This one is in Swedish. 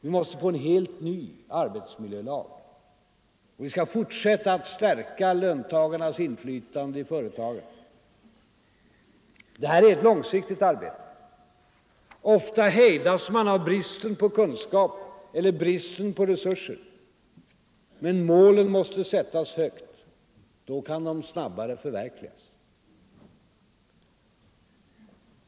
Vi måste få en helt ny arbetsmiljölag. Vi skall fortsätta att stärka löntagarnas inflytande i företagen. Detta är ett långsiktigt arbete. Ofta hejdas man av bristen på kunskap eller bristen på resurser. Men målen måste sättas högt. Då kan de snabbare förverkligas.